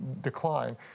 decline